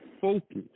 focus